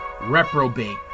reprobate